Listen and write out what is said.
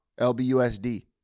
LBUSD